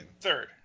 Third